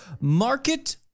market